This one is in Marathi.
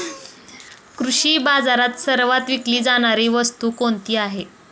कृषी बाजारात सर्वात विकली जाणारी वस्तू कोणती आहे?